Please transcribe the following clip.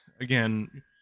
again